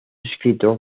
escrito